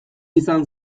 izan